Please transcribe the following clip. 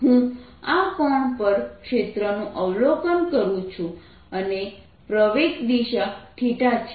હું આ કોણ પર ક્ષેત્રનું અવલોકન કરું છું અને પ્રવેગ દિશા છે